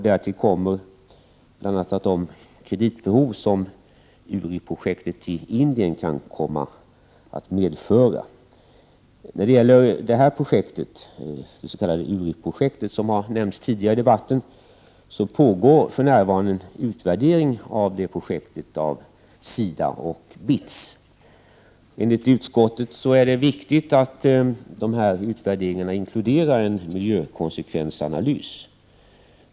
Därtill kommer bl.a. de kreditbehov URI-projektet i Indien kan komma att medföra. Av URI-projektet, som har nämnts tidigare i debatten, pågår för närvarande en utvärdering genom SIDA och BITS. Enligt utskottets mening är det viktigt att dessa utvärderingar inkluderar en miljökonsekvensanalys.